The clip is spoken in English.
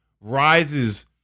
rises